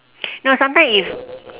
no sometimes if